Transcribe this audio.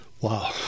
Wow